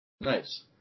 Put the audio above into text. nice